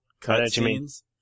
cutscenes